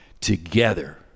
together